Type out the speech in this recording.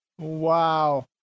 Wow